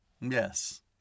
Yes